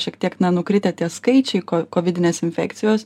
šiek tiek na nukritę tie skaičiai ko kovidinės infekcijos